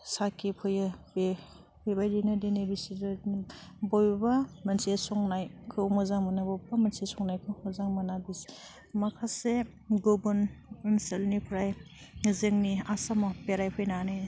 साखि फैयो बे बेबायदिनो दिनै बिसोरोदनि बबेबा मोनसे संनायखौ मोजां मोनो बबबा मोनसे संनाफोरखौ जों मोना बि माखासे गुबुन ओनसोलनिफ्राय जोंनि आसामाव बेरायफैनानै